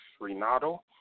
Renato